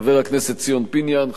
חבר הכנסת ציון פיניאן,